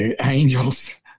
angels